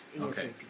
Okay